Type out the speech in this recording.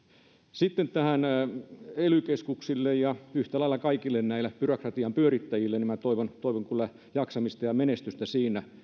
sitten ely keskuksille ja yhtä lailla kaikille näille byrokratian pyörittäjille minä toivon toivon kyllä jaksamista ja menestystä siinä